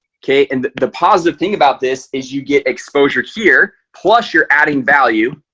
okay, and the positive thing about this is you get exposure here plus you're adding value